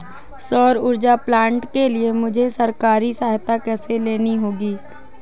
सौर ऊर्जा प्लांट के लिए मुझे सरकारी सहायता कैसे लेनी होगी?